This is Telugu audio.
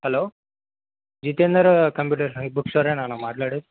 hello Jitender computers and book స్టోరేనా అన్న మాట్లాడేది